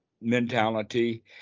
mentality